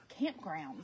campgrounds